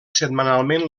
setmanalment